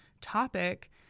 topic